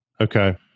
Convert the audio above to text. Okay